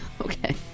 Okay